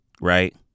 Right